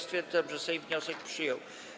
Stwierdzam, że Sejm wniosek przyjął.